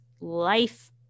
life